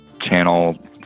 channel